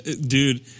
Dude